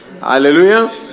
Hallelujah